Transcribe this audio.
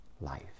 Life